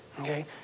okay